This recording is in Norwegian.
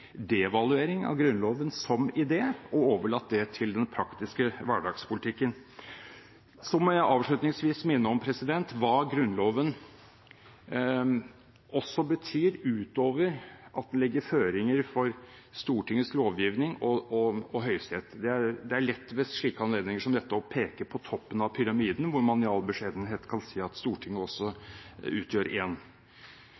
devaluering av Grunnloven som idé og overlatt det til den praktiske hverdagspolitikken. Jeg vil avslutningsvis minne om hva Grunnloven også betyr utover at den legger føringer for Stortingets lovgivning og Høyesterett. Det er lett ved slike anledninger som dette å peke på toppen av pyramiden, hvor man i all beskjedenhet kan si at Stortinget også